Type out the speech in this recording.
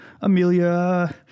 amelia